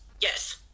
Yes